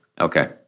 Okay